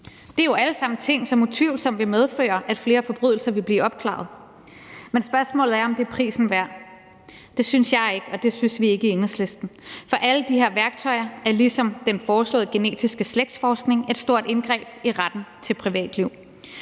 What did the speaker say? Det er jo alle sammen ting, som utvivlsomt vil medføre, at flere forbrydelser vil blive opklaret, men spørgsmålet er, om det er prisen værd. Det synes jeg ikke, og det synes vi ikke i Enhedslisten, for alle de her værktøjer er ligesom den foreslåede genetiske slægtsforskning et stort indgreb i retten til privatliv.